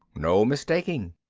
no mistaking.